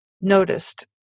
noticed